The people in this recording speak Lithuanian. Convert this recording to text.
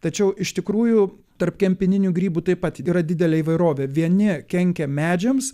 tačiau iš tikrųjų tarp kempininių grybų taip pat yra didelė įvairovė vieni kenkia medžiams